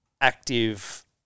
active